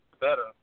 better